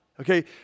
okay